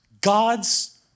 God's